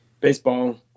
baseball